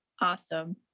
awesome